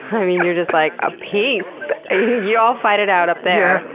i mean, you're just like, ah peace! ya'll fight it out up there.